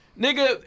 Nigga